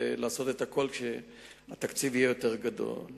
לעשות את הכול שהתקציב יהיה יותר גבוה.